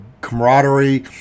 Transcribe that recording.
camaraderie